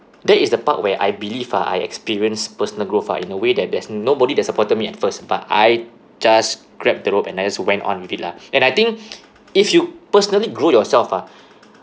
that is the part where I believe ah I experienced personal growth ah in a way that there's nobody that supported me at first but I just grab the rope and I just went on with it lah and I think if you personally grow yourself ah